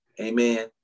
amen